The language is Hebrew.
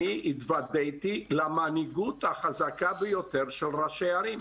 אני התוודעתי למנהיגות החזקה ביותר של ראשי הערים.